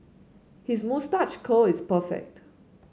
his moustache curl is perfect